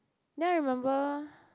then I remember